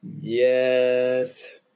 Yes